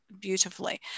beautifully